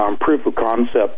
proof-of-concept